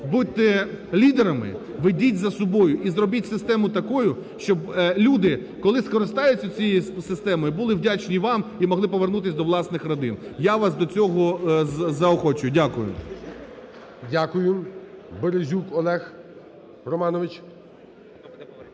будьте лідерами, ведіть за собою і зробіть систему такою, щоб люди, коли скористаються цією системою, були вдячні вам і могли повернутись до власних родин. Я вас до цього заохочую. Дякую. ГОЛОВУЮЧИЙ. Дякую. Березюк Олег Романович.